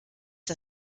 der